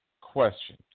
question